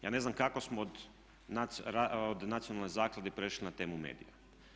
Ja ne znam kako smo od nacionalne zaklade prešli na temu medija.